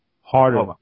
harder